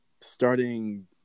starting